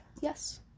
Yes